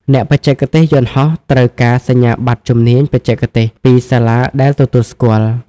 អ្នកបច្ចេកទេសយន្តហោះត្រូវការសញ្ញាបត្រជំនាញបច្ចេកទេសពីសាលាដែលទទួលស្គាល់។